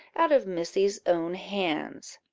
out of missy's own hands.